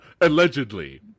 allegedly